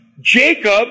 Jacob